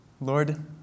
Lord